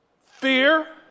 Fear